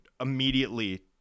immediately